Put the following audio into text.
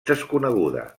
desconeguda